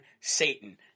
Satan